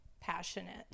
passionate